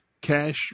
Cash